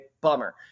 Bummer